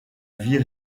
vie